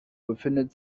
befindet